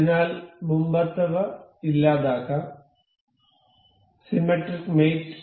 അതിനാൽ മുമ്പത്തെവ ഇല്ലാതാക്കാം സിമെട്രിക് മേറ്റ്